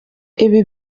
ibi